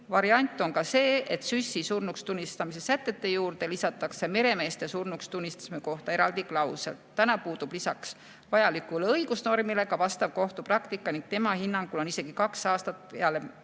Variant on ka see, et TsÜS-i surnuks tunnistamise sätetele lisatakse meremeeste surnuks tunnistamise kohta eraldi klausel. Täna puudub lisaks vajalikule õigusnormile ka vastav kohtupraktika ning tema hinnangul on isegi kaks aastat peale